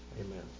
Amen